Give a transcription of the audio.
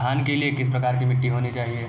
धान के लिए किस प्रकार की मिट्टी होनी चाहिए?